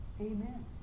Amen